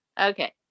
Okay